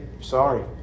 Sorry